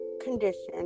condition